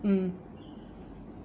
mm